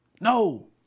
no